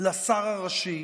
לשר הראשי,